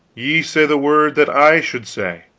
ye say the word that i should say.